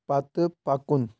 پتہٕ پکُن